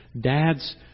Dads